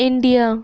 India